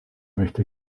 möchte